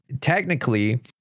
Technically